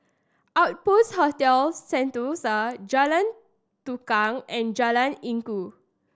Outpost Hotel Sentosa Jalan Tukang and Jalan Inggu